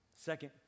Second